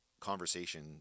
conversation